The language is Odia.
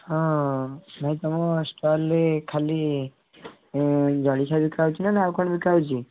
ହଁ ସାର୍ ତୁମ ଷ୍ଟଲ୍ରେ ଖାଲି ଜଳଖିଆ ବିକା ହେଉଛିନା ଆଉ କ'ଣ ବିକା ହେଉଛି